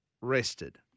rested